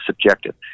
subjective